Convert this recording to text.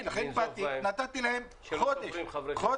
נתתי להם חודש.